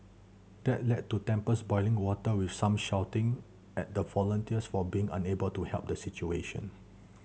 that led to tempers boiling water with some shouting at the volunteers for being unable to help the situation